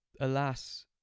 Alas